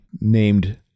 named